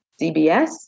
CBS